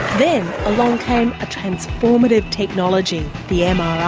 then along came a transformative technology, the um ah